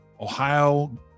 Ohio